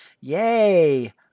Yay